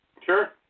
Sure